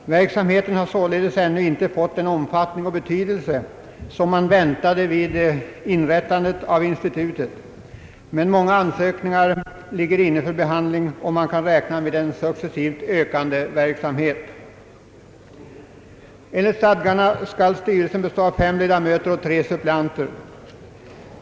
Verksamheten har således ännu inte fått den omfattning och betydelse som man väntade vid inrättandet av institutet, men många ansökning resultat, INFOR, m.m. ar ligger inne för behandling, och man kan räkna med en successivt ökande verksamhet. Enligt stadgarna skall styrelsen bestå av fem ledamöter och tre suppleanter.